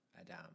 Adam